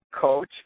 Coach